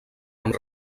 amb